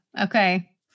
Okay